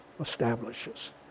establishes